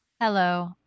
Hello